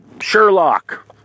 Sherlock